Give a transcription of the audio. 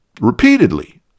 repeatedly